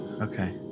okay